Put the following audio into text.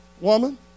woman